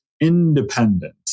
independent